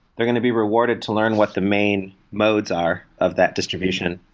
they're going to be rewarded to learn what the main modes are of that distribution.